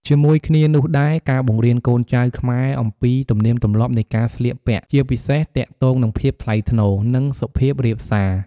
ជាមួយគ្នានោះដែរ ការបង្រៀនកូនចៅខ្មែរអំពីទំនៀមទម្លាប់នៃការស្លៀកពាក់ ជាពិសេសទាក់ទងនឹងភាពថ្លៃថ្នូរ និងសុភាពរាបសារ។